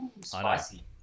Spicy